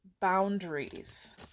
boundaries